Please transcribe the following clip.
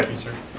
sir.